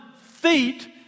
feet